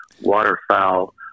waterfowl